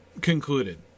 concluded